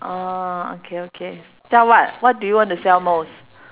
oh okay okay sell what what do you want to sell most